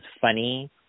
funny